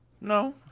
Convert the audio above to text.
No